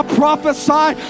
prophesy